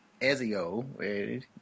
Ezio